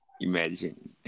Imagine